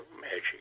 magic